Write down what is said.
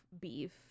beef